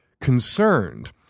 concerned